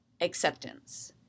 acceptance